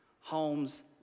homes